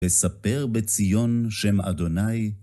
וספר בציון שם אדוני